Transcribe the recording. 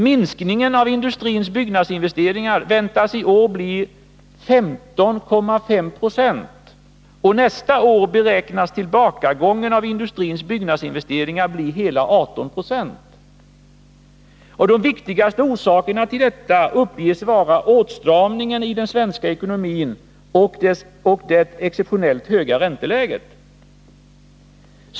Minskningen av industrins byggnadsinvesteringar väntas i år bli 15,5 26, och nästa år beräknas tillbakagången av industrins byggnadsinvesteringar bli hela 18 2. De viktigaste orsakerna till detta uppges vara åtstramningen i den svenska ekonomin och det exceptionellt höga ränteläget.